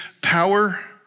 power